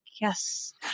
yes